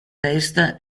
testa